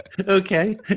Okay